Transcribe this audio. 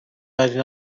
وجه